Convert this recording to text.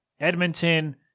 Edmonton